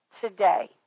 today